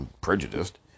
prejudiced